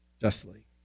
justly